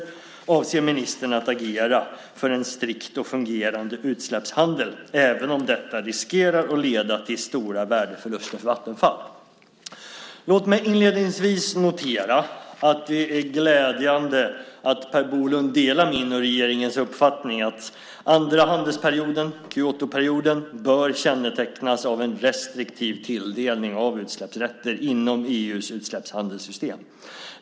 4 Avser ministern att agera för en strikt och fungerande utsläppshandel även om detta riskerar att leda till stora värdeförluster för Vattenfall? Låt mig inledningsvis notera att det är glädjande att Per Bolund delar min och regeringens uppfattning att andra handelsperioden, Kyotoperioden, bör kännetecknas av en restriktiv tilldelning av utsläppsrätter inom EU:s utsläppshandelssystem.